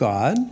God